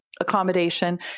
accommodation